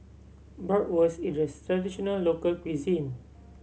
Bratwurst is a traditional local cuisine